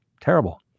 terrible